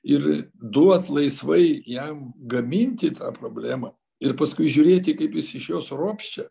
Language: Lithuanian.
ir duot laisvai jam gaminti tą problemą ir paskui žiūrėti kaip jis iš jos ropščia